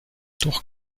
doch